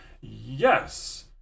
Yes